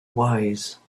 wise